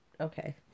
okay